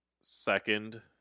second